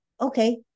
okay